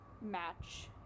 match